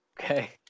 Okay